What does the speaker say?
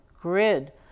grid